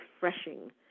refreshing